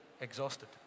exhausted